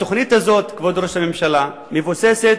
התוכנית הזאת, כבוד ראש הממשלה, מבוססת